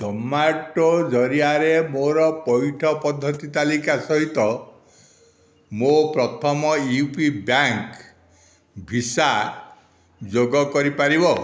Zomato ଜରିଆରେ ମୋର ପଇଠ ପଦ୍ଧତି ତାଲିକା ସହିତ ମୋ ପ୍ରଥମ ୟୁପି ବ୍ୟାଙ୍କ୍ ଭିସା ଯୋଗ କରିପାରିବ